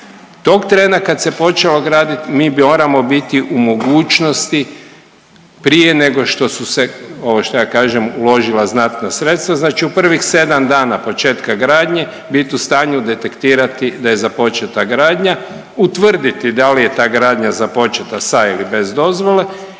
tog trena kad se počelo gradit mi moramo biti u mogućnosti prije nego što su se ovo što ja kažem, uložila znatna sredstva, znači u prvih sedam dana početka gradnje bit u stanju detektirati da je započeta gradnja, utvrditi da li je ta gradnja započeta sa ili bez dozvole